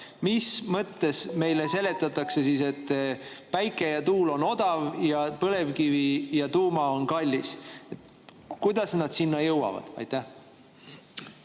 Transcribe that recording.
mis mõttes meile seletatakse siis, et päike ja tuul on odav ja põlevkivi ja tuuma[energia] on kallis? Kuidas nad selleni jõuavad? Aitäh